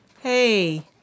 Hey